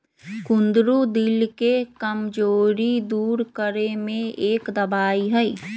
कुंदरू दिल के कमजोरी दूर करे में एक दवाई हई